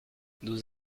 nous